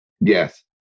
Yes